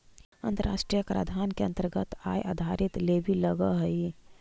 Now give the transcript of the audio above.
अन्तराष्ट्रिय कराधान के अन्तरगत आय आधारित लेवी लगअ हई